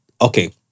okay